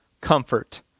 comfort